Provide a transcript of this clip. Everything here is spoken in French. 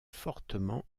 fortement